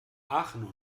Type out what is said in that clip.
aachen